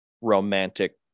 romantic